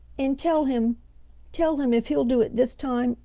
and tell him tell him if he'll do it this time,